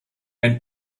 ein